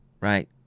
right